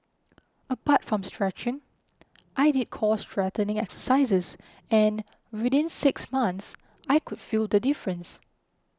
apart from stretching I did core strengthening exercises and within six months I could feel the difference